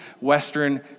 Western